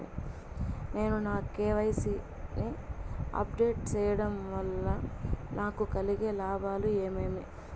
నేను నా కె.వై.సి ని అప్ డేట్ సేయడం వల్ల నాకు కలిగే లాభాలు ఏమేమీ?